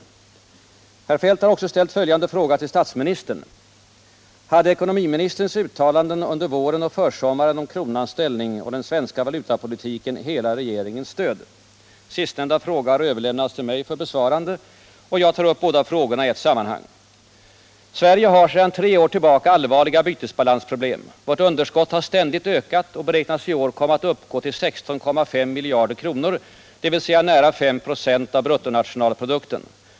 Herr Feldt har också ställt följande fråga till statsministern: Hade ekonomiministerns uttalanden under våren och försommaren om kronans ställning och den svenska valutapolitiken hela regeringens stöd? Sistnämnda fråga har överlämnats till mig för besvarande, och jag tar upp båda frågorna i ett sammanhang. Sverige har sedan tre år tillbaka allvarliga bytesbalansproblem. Vårt underskott har ständigt ökat och beräknas i år komma att uppgå till 16,5 miljarder kronor, dvs. nära 5 96 av bruttonationalprodukten.